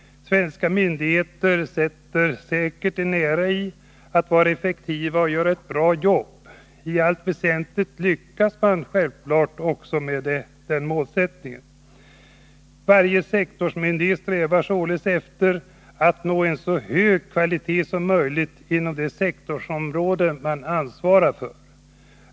Svenska myndigheter sätter säkert en ära i att vara effektiva och göra ett bra jobb. I allt väsentligt lyckas man självfallet med denna målsättning. Varje sektorsmyndighet strävar således efter att nå en så hög kvalitet som möjligt inom det sektorsområde som man ansvarar för.